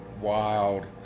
wild